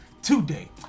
Today